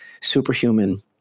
superhuman